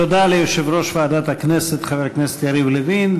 תודה ליושב-ראש ועדת הכנסת חבר הכנסת יריב לוין.